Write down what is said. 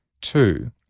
Two